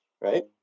Right